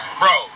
bro